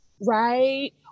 right